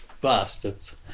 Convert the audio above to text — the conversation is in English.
bastards